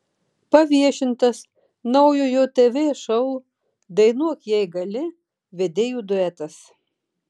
paviešintas naujojo tv šou dainuok jei gali vedėjų duetas